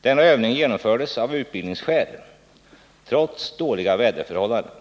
Denna övning genomfördes av utbildningsskäl trots dåliga väderförhållanden.